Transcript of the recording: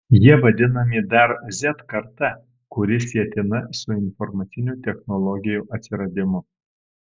jie vadinami dar z karta kuri sietina su informacinių technologijų atsiradimu